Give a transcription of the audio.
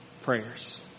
prayers